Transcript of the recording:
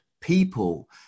people